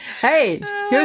Hey